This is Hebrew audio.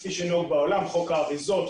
כפי שנהוג בעולם חוק האריזות,